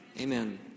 Amen